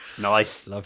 Nice